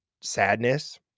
sadness